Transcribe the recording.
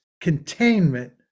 containment